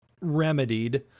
remedied